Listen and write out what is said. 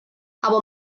aber